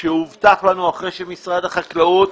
שהובטחו לנו אחרי שמשרד החקלאות